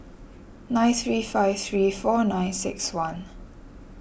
nine three five three four nine six one